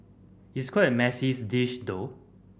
it's quite a messy dish though